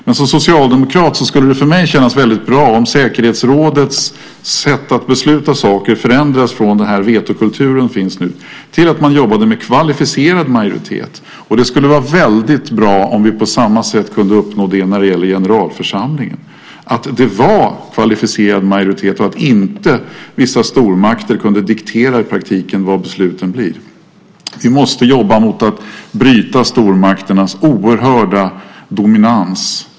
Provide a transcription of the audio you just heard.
Men för mig som socialdemokrat skulle det kännas väldigt bra om säkerhetsrådets sätt att besluta saker förändrades från den vetokultur som finns nu till att man jobbade med kvalificerad majoritet. Det skulle vara väldigt bra om vi på samma sätt kunde uppnå att det ska vara kvalificerad majoritet i generalförsamlingen och att inte vissa stormakter i praktiken ska kunna diktera vad besluten blir. Vi måste jobba mot att bryta stormakternas oerhörda dominans.